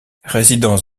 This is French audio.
résidence